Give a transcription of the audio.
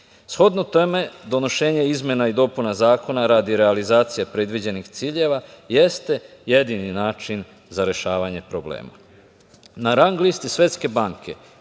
Shodno tome donošenje izmena i dopuna zakona radi realizacije predviđenih ciljeva jeste jedini način za rešavanje problema. Na rang listi Svetske banke,